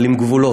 אבל עם גבולות.